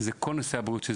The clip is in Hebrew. זה כל נושא הבריאות.